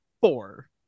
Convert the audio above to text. four